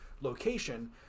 location